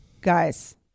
Guys